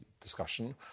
discussion